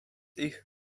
ich